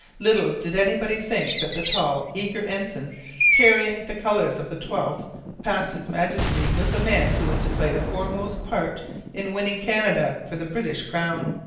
little did anybody think that the tall, eager ensign carrying the colours of the twelfth past his majesty was the man who was to play the foremost part in winning canada for the british crown.